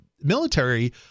military